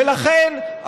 ולכן,